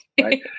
right